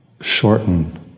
shorten